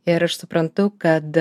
ir aš suprantu kad